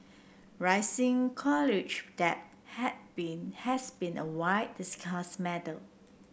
rising college debt had been has been a wide discussed matter